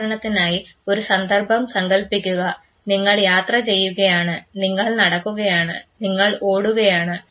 ഉദാഹരണത്തിനായി ഒരു സന്ദർഭം സങ്കൽപ്പിക്കുക നിങ്ങൾ യാത്ര ചെയ്യുകയാണ് നിങ്ങൾ നടക്കുകയാണ് നിങ്ങൾ ഓടുകയാണ്